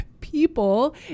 people